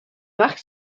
marc